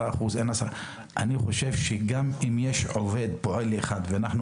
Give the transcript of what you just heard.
אני חושב שגם אם יש פועל אחד ואנחנו